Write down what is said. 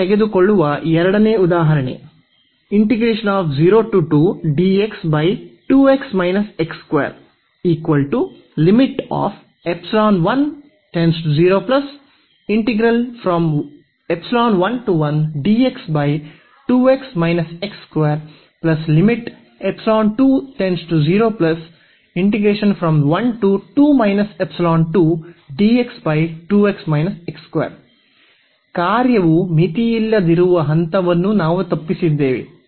ನಾವು ತೆಗೆದುಕೊಳ್ಳುವ ಎರಡನೇ ಉದಾಹರಣೆ ಕಾರ್ಯವು ಮಿತಿಯಿಲ್ಲದಿರುವ ಹಂತವನ್ನೂ ನಾವು ತಪ್ಪಿಸಿದ್ದೇವೆ